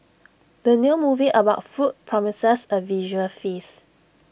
the new movie about food promises A visual feast